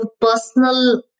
personal